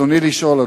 רצוני לשאול,